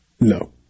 no